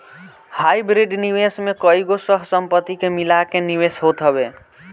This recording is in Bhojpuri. हाइब्रिड निवेश में कईगो सह संपत्ति के मिला के निवेश होत हवे